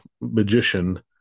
magician